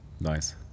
nice